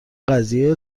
قضیه